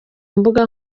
mbuga